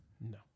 No